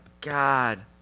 God